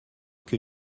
que